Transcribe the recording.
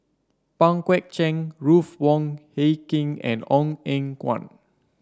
Pang Guek Cheng Ruth Wong Hie King and Ong Eng Guan